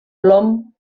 plom